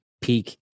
peak